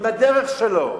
עם הדרך שלו.